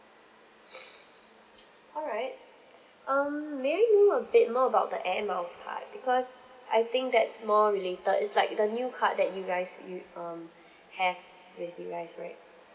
alright um may I know a bit more about the air miles card because I think that's more related is like the new card that you guys you um have with you guys right